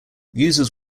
users